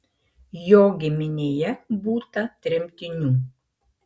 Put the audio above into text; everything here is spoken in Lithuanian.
jo giminėje būta tremtinių